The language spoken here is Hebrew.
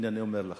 הנה, אני אומר לך.